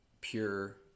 pure